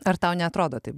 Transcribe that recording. ar tau neatrodo taip